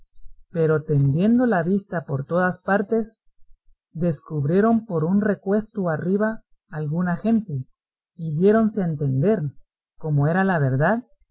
pero tendiendo la vista por todas partes descubrieron por un recuesto arriba alguna gente y diéronse a entender como era la verdad